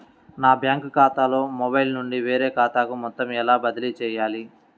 నా బ్యాంక్ ఖాతాలో మొబైల్ నుండి వేరే ఖాతాకి మొత్తం ఎలా బదిలీ చేయాలి?